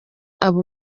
aba